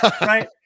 right